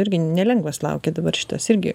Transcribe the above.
irgi nelengvas laukia dabar šitas irgi